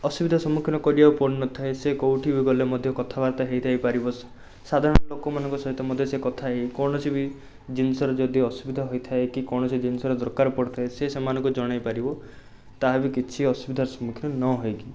ଅସୁବିଧା ସମ୍ମୁଖୀନ କରିବାକୁ ପଡ଼ିନଥାଏ ସେ କେଉଁଠିକି ଗଲେ ମଧ୍ୟ କଥାବାର୍ତ୍ତା ହେଇଯାଇପାରିବ ସାଧାରଣ ଲୋକମାନଙ୍କ ସହିତ ମଧ୍ୟ ସିଏ କଥା ହେଇ କୌଣସି ବି ଜିନିଷରେ ଯଦି ଅସୁବିଧା ହୋଇଥାଏ କି କୌଣସି ଜିନିଷରେ ଦରକାର ପଡ଼ିଥାଏ ସିଏ ସେମାନଙ୍କୁ ଜଣେଇପାରିବ ତାହାବି କିଛି ଅସୁବିଧାର ସମ୍ମୁଖୀନ ନ ହୋଇକି